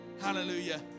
Hallelujah